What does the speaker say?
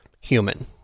human